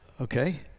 Okay